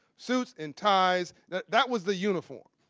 suits, and ties. that that was the uniform.